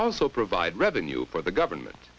also provide revenue for the government